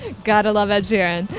gotta love ed sheeran.